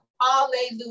Hallelujah